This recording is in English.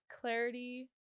clarity